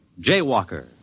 Jaywalker